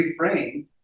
reframe